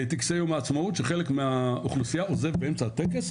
טקסי יום העצמאות שחלק מהאוכלוסייה עוזבת באמצע הטקס,